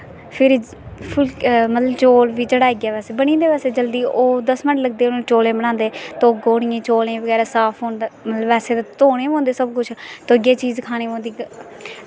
फिर चौल बी चढ़ाइयै बैसे बनी जंदे जल्दी गै दस मिंट लगदे चौलें गी ते चौलें गी बैसे धोनें होंदे सब किछ धोआइयै चीज खानी पौंदी